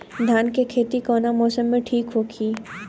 धान के खेती कौना मौसम में ठीक होकी?